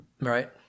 right